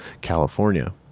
California